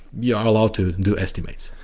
you are allowed to do estimates.